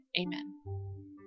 Amen